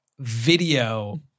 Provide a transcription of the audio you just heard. video